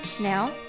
Now